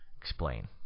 Explain